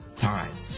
time